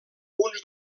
punts